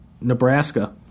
Nebraska